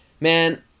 man